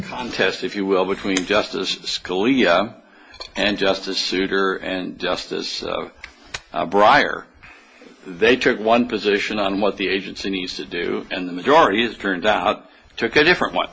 contest if you will between justice scalia and justice souter and justice briar they took one position on what the agency nice do and majority is turned out took a different one